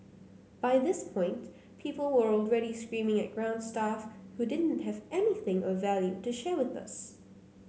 by this point people were already screaming at ground staff who didn't have anything of value to share with us